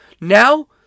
Now